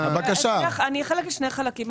אחלק לשני חלקים.